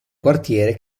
quartiere